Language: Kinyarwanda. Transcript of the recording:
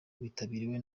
witabiriwe